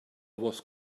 was